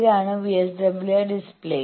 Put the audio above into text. ഇതാണ് VSWR meter display